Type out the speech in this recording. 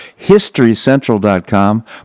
HistoryCentral.com